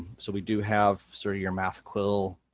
so we do have sort of your math quill,